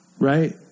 Right